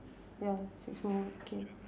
ya six more okay